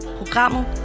programmet